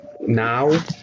now